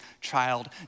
child